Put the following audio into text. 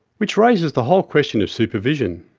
which raises the whole question of supervision.